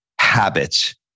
habit